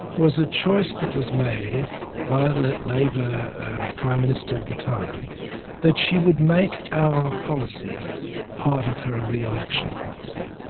was a choice that was made by the labor prime minister of the time that she would make our policy part of her re-election policy.